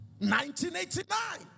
1989